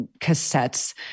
cassettes